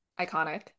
iconic